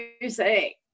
music